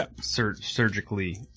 surgically